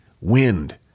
Wind